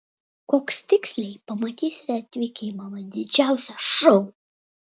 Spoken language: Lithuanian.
koks tiksliai pamatysite atvykę į mano didžiausią šou